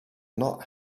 not